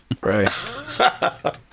right